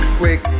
quick